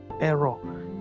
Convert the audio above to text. error